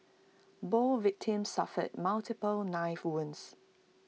both victims suffered multiple knife wounds